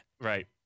Right